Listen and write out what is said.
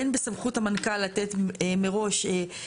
אין בסמכות המנכ"ל לתת מראש הוראה.